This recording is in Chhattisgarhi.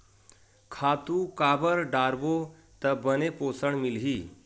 खातु काबर डारबो त बने पोषण मिलही?